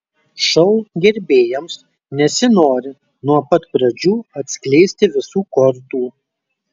šou gerbėjams nesinori nuo pat pradžių atskleisti visų kortų